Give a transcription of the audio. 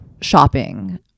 shopping